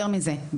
יותר מזה,